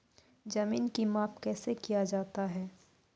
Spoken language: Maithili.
जमीन की माप कैसे किया जाता हैं?